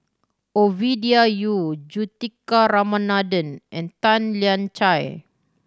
Ovidia Yu Juthika Ramanathan and Tan Lian Chye